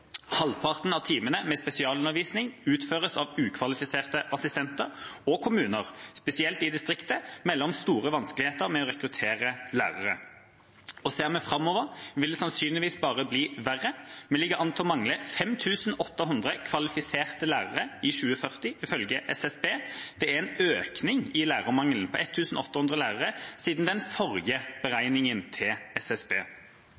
Halvparten av timene med spesialundervisning utføres av ukvalifiserte assistenter, og kommuner, spesielt i distriktene, melder om store vanskeligheter med å rekruttere lærere. Ser vi framover, vil det sannsynligvis bare bli verre. Vi ligger an til å mangle 5 800 kvalifiserte lærere i 2040 ifølge SSB. Det er en økning i lærermangelen på 1 800 lærere siden den forrige